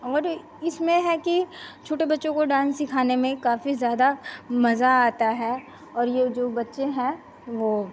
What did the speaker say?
और इसमें है कि छोटे बच्चों को डान्स सिखाने में काफ़ी ज़्यादा मज़ा आता है और यह जो बच्चे हैं वह